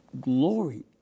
glory